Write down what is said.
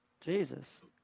Jesus